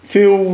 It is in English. Till